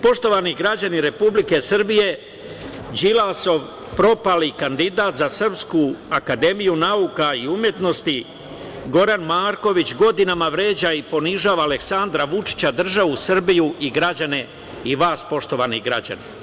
Poštovani građani Republike Srbije, Đilasov propali kandidat za SANU Goran Marković godinama vređa i ponižava Aleksandra Vučića, državu Srbiju i vas, poštovani građani.